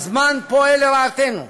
הזמן פועל לרעתנו.